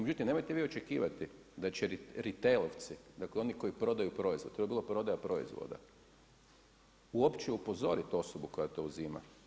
Međutim, nemojte vi očekivati da će ritelovci, dakle oni koji prodaju proizvod, to je bila prodaja proizvoda uopće upozorit osobu koja to uzima.